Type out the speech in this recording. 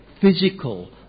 physical